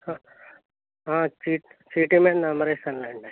చీ చీటి మీద నెంబర్ ఇస్తాను లేండి